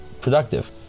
productive